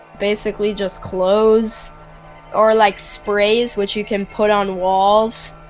basically, just clothes or, like, sprays which you can put on walls,